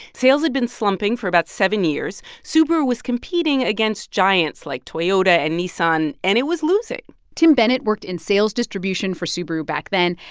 sales had been slumping for about seven years. subaru was competing against giants like toyota and nissan, and it was losing tim bennett worked in sales distribution for subaru back then.